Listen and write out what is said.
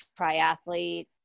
Triathlete